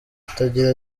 utagira